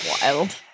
Wild